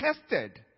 tested